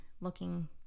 looking